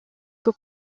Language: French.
que